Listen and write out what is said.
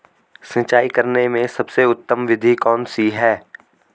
सिंचाई करने में सबसे उत्तम विधि कौन सी है?